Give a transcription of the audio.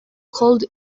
called